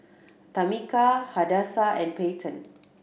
Tamika Hadassah and Peyton